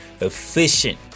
Efficient